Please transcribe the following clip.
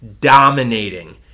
dominating